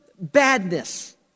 badness